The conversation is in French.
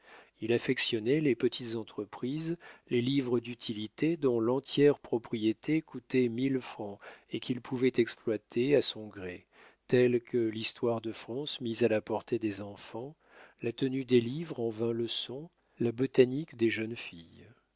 il affectionnait les petites entreprises les livres d'utilité dont l'entière propriété coûtait mille francs et qu'il pouvait exploiter à son gré tels que l'histoire de france mise à la portée des enfants la tenue des livres en vingt leçons la botanique des jeunes filles